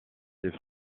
ses